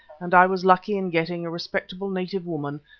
and i was lucky in getting a respectable native woman,